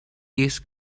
this